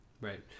Right